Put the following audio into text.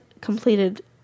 completed